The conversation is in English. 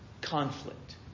conflict